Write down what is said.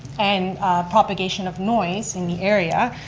and propagation of noise in the area,